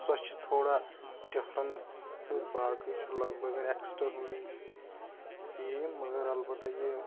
سۄ چھِ تھوڑا ڈِفرنس تہٕ باقٕے چھُ لگ بگ اٮ۪کٕسٹرنٔلی سیم مَگر اَلبتہ یہِ